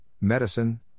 medicine